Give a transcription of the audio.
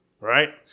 right